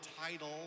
title